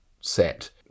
set